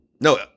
No